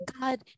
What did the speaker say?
God